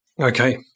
Okay